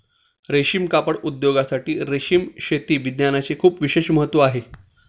रेशीम कापड उद्योगासाठी रेशीम शेती विज्ञानाचे खूप विशेष महत्त्व आहे